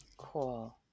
cool